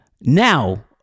Now